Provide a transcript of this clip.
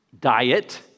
Diet